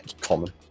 Common